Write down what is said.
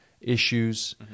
issues